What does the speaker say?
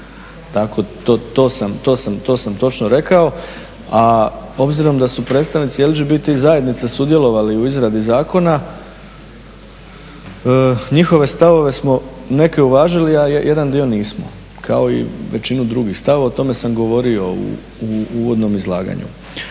To sam točno rekao, a obzirom da su predstavnici LGBT zajednice sudjelovali u izradi zakona njihove stavove smo neke uvažili, a jedan dio nismo kao i većinu drugih stavova. O tome sam govorio u uvodnom izlaganju.